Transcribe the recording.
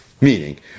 meaning